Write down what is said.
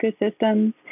ecosystems